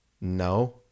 no